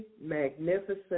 magnificent